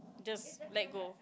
just let go